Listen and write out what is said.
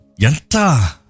Yanta